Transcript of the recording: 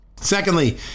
Secondly